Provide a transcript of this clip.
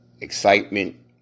excitement